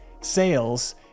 sales